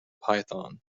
python